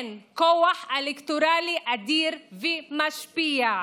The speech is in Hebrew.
כן, כוח אלקטורלי אדיר ומשפיע.